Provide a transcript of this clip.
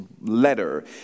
letter